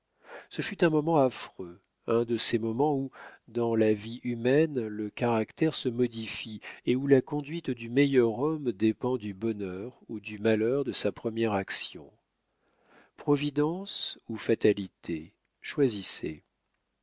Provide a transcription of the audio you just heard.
ce fut un moment affreux un de ces moments où dans la vie humaine le caractère se modifie et où la conduite du meilleur homme dépend du bonheur ou du malheur de sa première action providence ou fatalité choisissez